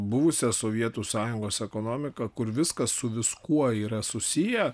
buvusią sovietų sąjungos ekonomiką kur viskas su viskuo yra susiję